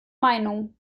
meinung